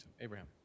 Abraham